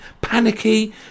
panicky